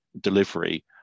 delivery